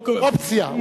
אופציה.